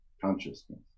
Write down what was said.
consciousness